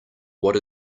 what